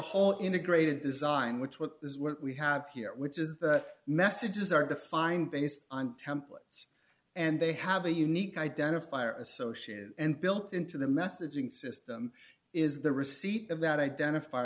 whole integrated design which what is what we have here which is messages are defined based on templates and they have a unique identifier associated and built into the messaging system is the receipt of that identif